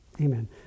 Amen